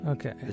Okay